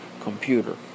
computer